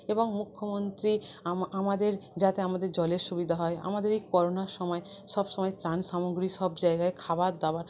এবং মুখ্যমন্ত্রী আমাদের যাতে আমাদের জলের সুবিধা হয় আমাদের এই করোনার সময় সবসময় ত্রাণ সামগ্রী সব জায়গায় খাবার দাবার